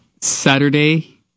Saturday